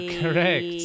correct